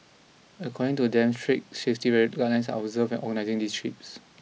according to them strict safety read guidelines are observed an organising these trips